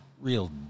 real